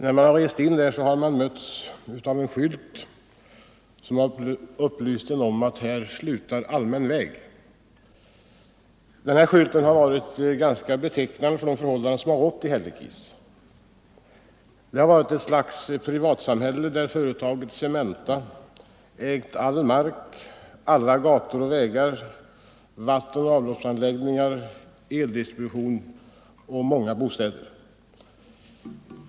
När man har rest in där har man mötts av en skylt som har upplyst om att här slutar allmän väg. Den skylten har varit ganska betecknande för de förhållanden som har rått i Hällekis. Det har varit ett slags privatsamhälle, där företaget Cementa ägt all mark, alla gator och vägar, vattenoch avloppsanläggningar, eldistribution och många bostäder.